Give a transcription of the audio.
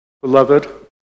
Beloved